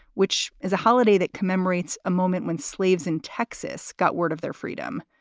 which is a holiday that commemorates a moment when slaves in texas got word of their freedom,